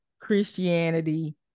Christianity